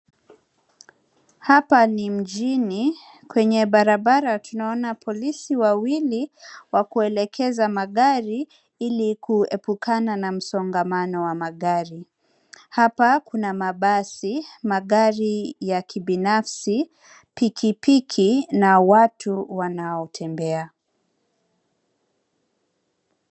Hapa ni mjini. Kwenye barabara tunaona polisi wawili kwa kuelekeza magari ili kuepukana na msongamano wa magari. Hapa kuna mabasi , magari ya kibinafsi, piki piki na watu wanatembea.